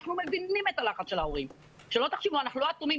אנחנו מבינים את הלחץ של ההורים, אנחנו לא אטומים.